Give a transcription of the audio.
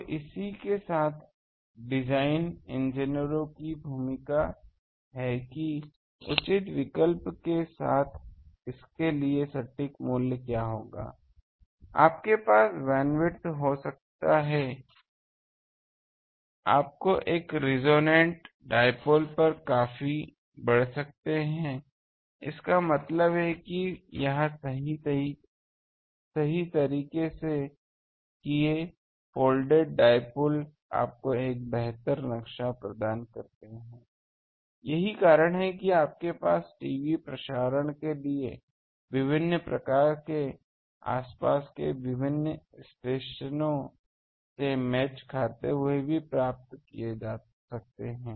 तो इस के साथ डिज़ाइन इंजीनियरों की भूमिका है कि उचित विकल्प के साथ इसके लिए सटीक मूल्य क्या होगा आपके पास बैंडविड्थ हो सकता है आप एक रेसोनेन्ट डाइपोल पर काफी बढ़ सकते हैं इसका मतलब है सही तरीके से किएफोल्डेड डाइपोल आपको एक बेहतर नक्शा प्रदान करते हैं यही कारण है कि आपके पास टीवी प्रसारण के लिए विभिन्न प्रकार के आस पास के विभिन्न स्टेशनों से मैच खाते हुए भी प्राप्त किया जा सकते है